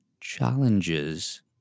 challenges